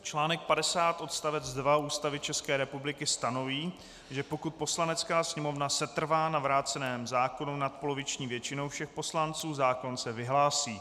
Článek 50 odst. 2 Ústavy České republiky stanoví, že pokud Poslanecká sněmovna setrvá na vráceném zákonu nadpoloviční většinou všech poslanců, zákon se vyhlásí.